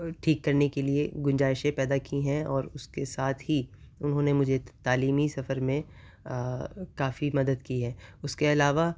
ٹھیک کرنے کے لیے گنجائشیں پیدا کی ہیں اور اس کے ساتھ ہی انہوں نے مجھے تعلیمی سفر میں کافی مدد کی ہے اس کے علاوہ